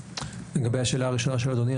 לגבי השאלה הראשונה של אדוני,